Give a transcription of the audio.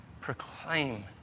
proclaim